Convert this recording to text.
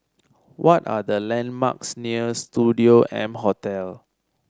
what are the landmarks near Studio M Hotel